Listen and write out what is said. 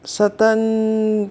certain